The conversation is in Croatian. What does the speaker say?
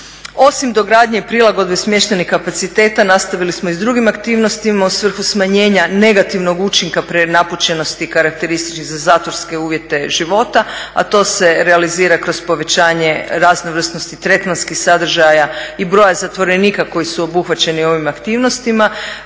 Osim dogradnje i prilagodbe smještajnih kapaciteta nastavili smo i sa drugim aktivnostima u svrhu smanjenja negativnog učinka prenapučenosti karakterističnih za zatvorske uvjete života a to se realizira kroz povećanje raznovrsnosti, tretmanskih sadržaja i broja zatvorenika koji su obuhvaćeni ovim aktivnostima,